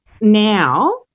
now